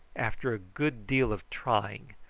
after a good deal of trying,